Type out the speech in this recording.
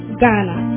Ghana